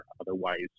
Otherwise